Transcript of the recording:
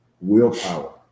Willpower